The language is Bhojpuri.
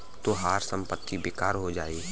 तोहार संपत्ति बेकार हो जाई